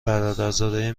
برادرزاده